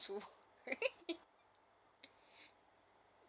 他们读成芥兰 mm